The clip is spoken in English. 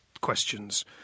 questions